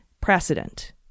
precedent